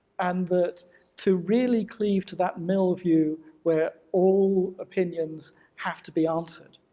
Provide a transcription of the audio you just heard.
and that to really cleave to that mill view where all opinions have to be answered,